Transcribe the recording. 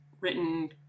written